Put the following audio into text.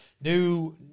New